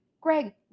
Greg